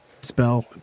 Spell